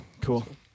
cool